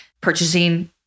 purchasing